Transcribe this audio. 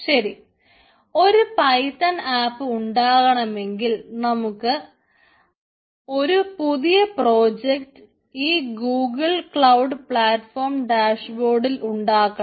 ശരി ഒരു Python app ഉണ്ടാകണമെങ്കിൽ നമ്മൾക്ക് ഒരു പുതിയ പ്രോജക്ട് ഈ ഗൂഗിൾ ക്ലൌഡ് പെർഫോം ഡാഷ്ബോർഡിൽ ഉണ്ടാകണം